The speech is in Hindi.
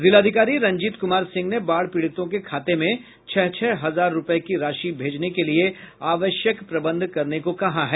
जिलाधिकारी रंजीत कुमार सिंह ने बाढ़ पीड़ितों के खाते में छह छह हजार रूपये की राशि भेजने के लिये आवश्यक प्रबंध करने को कहा है